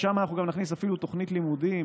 שם אנחנו גם נכניס אפילו תוכנית לימודים